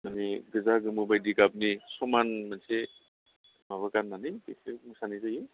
माने गोजा गोमो बायदि गाबनि समान मोनसे माबा गान्नानै बेखौ मोसानाय जायो